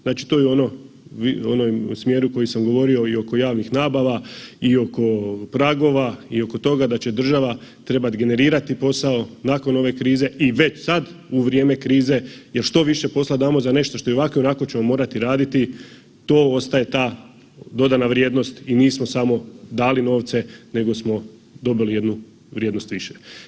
Znači to je u onom smjeru koji sam govorio i oko javnih nabava i oko pragova i oko toga da će država trebati generirati posao nakon ove krize i već sad u vrijeme krize jer što više posla damo za nešto što i ovako i onako ćemo morati raditi to ostaje ta dodana vrijednost i nismo samo dali novce, nego smo dobili jednu vrijednost više.